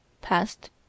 past